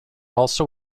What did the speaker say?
also